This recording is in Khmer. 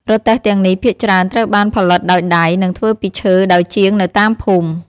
រទេះទាំងនេះភាគច្រើនត្រូវបានផលិតដោយដៃ និងធ្វើពីឈើដោយជាងនៅតាមភូមិ។